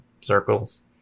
circles